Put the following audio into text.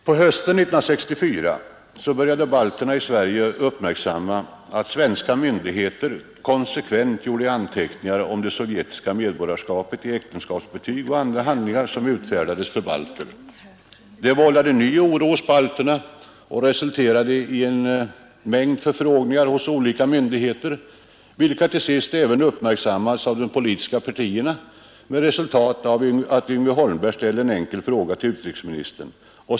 På hösten 1964 började balterna i Sverige uppmärksamma, att svenska myndigheter konsekvent gjorde anteckningar om det sovjetiska medborgarskapet i äktenskapsbetyg och andra handlingar, som utfärdades för balter. Detta vållade ny oro hos balterna och resulterade i en mängd förfrågningar hos olika myndigheter, vilket till sist även uppmärksammades av de politiska partierna med resultatet, att Yngve Holmberg ställde en enkel fråga till utrikesminister Torsten Nilsson.